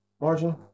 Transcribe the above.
margin